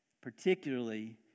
particularly